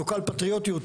לוקאל פטריוטיות,